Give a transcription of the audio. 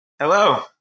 Hello